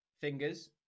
fingers